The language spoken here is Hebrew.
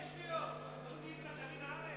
איזה שטויות, לא מביאים סרטנים לארץ?